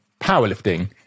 powerlifting